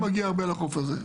אני מגיע הרבה לחוף הזה.